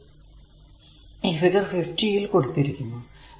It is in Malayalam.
അത് ഈ ഫിഗർ 50 ൽ കൊടുത്തിരിക്കുന്നു